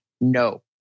No